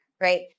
right